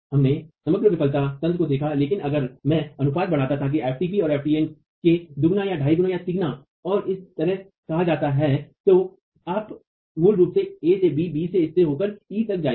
हमने समग्र विफलता तंत्र को देखा लेकिन अगर मैं अनुपात बढ़ाता था कि f tp को f tn के दुगना या ढाई गुना तिगुना और इसी तरह कहा जाता है तो आप मूल रूप से a से b b से स्थिर होकर e तक जाएंगे